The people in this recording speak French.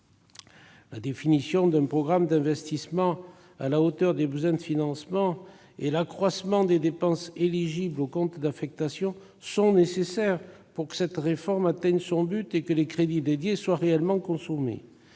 La définition d'un programme d'investissements à la hauteur des besoins de financement et l'accroissement des dépenses éligibles au compte d'affectation sont nécessaires pour que cette réforme atteigne ses objectifs et que les crédits dédiés soient réellement consommés.